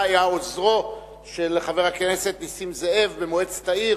היה עוזרו של חבר הכנסת נסים זאב במועצת העיר.